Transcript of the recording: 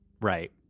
Right